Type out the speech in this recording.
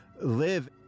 live